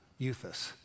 Euthus